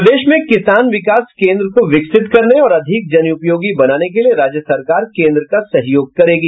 प्रदेश में किसान विकास केन्द्र को विकसित करने और अधिक जनपयोगी बनाने के लिए राज्य सरकार केन्द्र का सहयोग करेगी